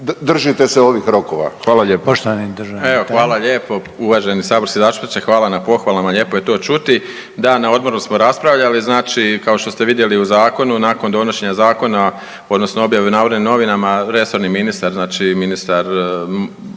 držite se ovih rokova. Hvala lijepo.